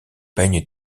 peignes